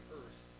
earth